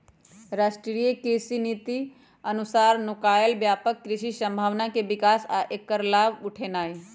राष्ट्रीय कृषि नीति अनुसार नुकायल व्यापक कृषि संभावना के विकास आ ऐकर लाभ उठेनाई